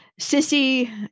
Sissy